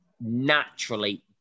naturally